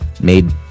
made